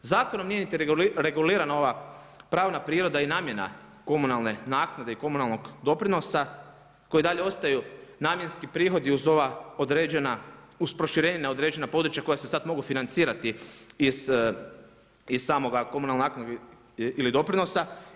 Zakonom nije niti regulirana ova pravna priroda i namjena komunalne naknade i komunalnog doprinosa koji i dalje ostaju namjenski prihodi uz ova određena, uz proširenje na određena područja koja se sada mogu financirati iz samog komunalne naknade ili doprinosa.